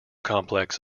complex